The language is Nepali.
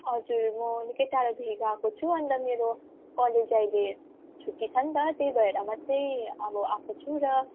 हजुर म निकै टाढादेखिको आएको छु अन्त मेरो कलेज चाहिँ अहिले छुट्टी छ नि त त्यही भएर म चाहिँ अब आएको छु र